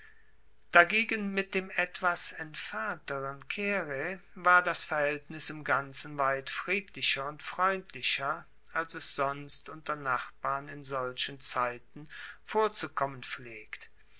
dagegen mit dem etwas entfernteren caere war das verhaeltnis im ganzen weit friedlicher und freundlicher als es sonst unter nachbarn in solchen zeiten vorzukommen pflegt